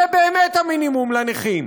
זה באמת המינימום לנכים.